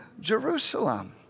Jerusalem